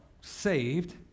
saved